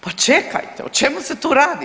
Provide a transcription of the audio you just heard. Pa čekajte o čemu se tu radi?